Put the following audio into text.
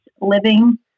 living